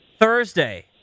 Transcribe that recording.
Thursday